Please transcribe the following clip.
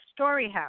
StoryHouse